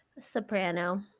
Soprano